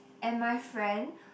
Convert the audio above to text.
and my friend